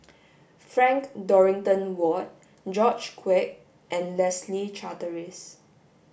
Frank Dorrington Ward George Quek and Leslie Charteris